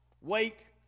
Wait